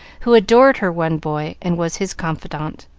who adored her one boy and was his confidante.